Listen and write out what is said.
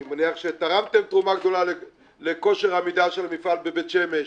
אני מניח שתרמתם תרומה גדולה לכושר העמידה של המפעל בבית שמש,